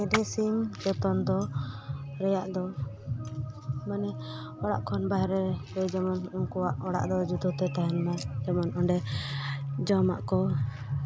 poultry ᱥᱤᱢ ᱡᱚᱛᱚᱱ ᱫᱚ ᱨᱮᱭᱟᱜ ᱫᱚ ᱢᱟᱱᱮ ᱚᱲᱟᱜ ᱠᱷᱚᱱ ᱵᱟᱦᱨᱮ ᱨᱮ ᱡᱮᱢᱚᱱ ᱩᱱᱠᱩᱣᱟᱜ ᱚᱲᱟᱜ ᱫᱚ ᱡᱩᱫᱟᱹ ᱛᱮ ᱛᱟᱦᱮᱱ ᱢᱟ ᱡᱮᱢᱚᱱ ᱚᱸᱰᱮ ᱡᱚᱢᱟᱜ ᱠᱚ